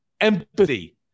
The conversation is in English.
empathy